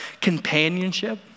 companionship